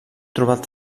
trobat